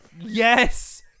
Yes